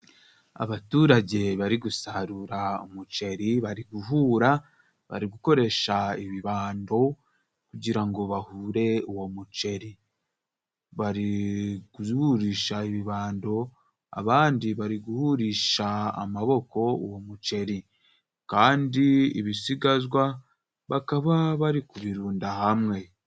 Abaturage bari gusarura umuceri. bari guhura; bari gukoresha ibibando kugira ngo bahure uwo muceri. Bari guhurisha ibibando, abandi bari guhurisha amaboko uwo muceri kandi ibisigazwa bakaba bari kubirunda hamwe.